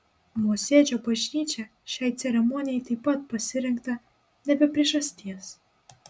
mosėdžio bažnyčia šiai ceremonijai taip pat pasirinkta ne be priežasties